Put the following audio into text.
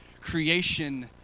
creation